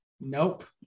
Nope